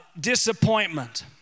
disappointment